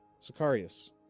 sicarius